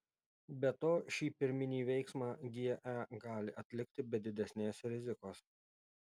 be to šį pirminį veiksmą ge gali atlikti be didesnės rizikos